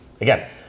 again